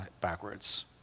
backwards